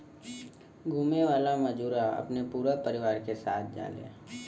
घुमे वाला मजूरा अपने पूरा परिवार के साथ जाले